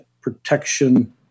Protection